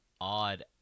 odd